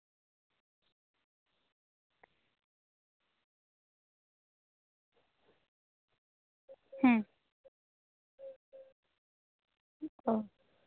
ᱦᱮᱸ ᱚ